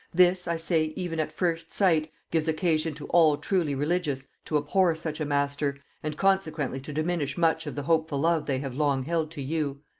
this, i say, even at first sight, gives occasion to all truly religious to abhor such a master, and consequently to diminish much of the hopeful love they have long held to you.